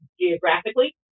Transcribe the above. geographically